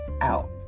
out